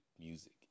music